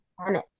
planet